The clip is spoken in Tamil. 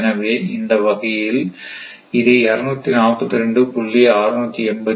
எனவே இந்த வகையில் இது 242